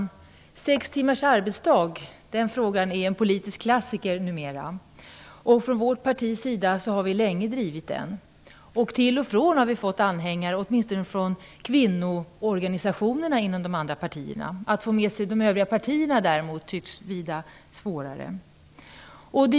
Frågan om sex timmars arbetsdag är en politisk klassiker numera. Från vårt partis sida har vi länge drivit den. Till och från har vi fått anhängare, åtminstone från kvinnoorganisationerna inom de andra partierna. Att få med sig de övriga partierna tycks däremot vara vida svårare.